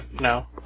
No